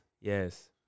Yes